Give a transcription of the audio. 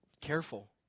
Careful